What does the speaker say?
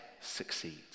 succeeds